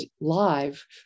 live